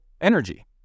energy